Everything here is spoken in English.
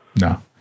no